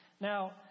Now